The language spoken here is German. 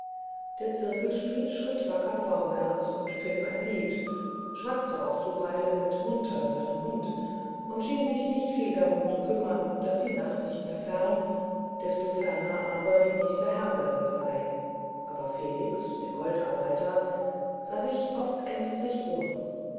der zirkelschmidt schritt wacker vorwärts und pfiff ein lied schwatzte auch zuweilen mit munter seinem hund und schien sich nicht viel darum zu kümmern daß die nacht nicht mehr fern desto ferner aber die nächste herberge sei aber felix der goldarbeiter sah sich oft ängstlich um